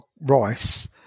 Rice